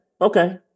Okay